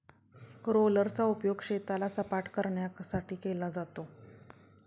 रोलरचा उपयोग शेताला सपाटकरण्यासाठी केला जातो